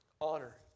Honor